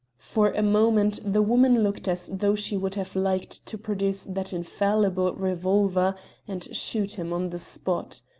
for a moment the woman looked as though she would have liked to produce that infallible revolver and shot him on the spot.